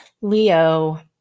Leo